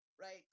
Right